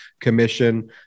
Commission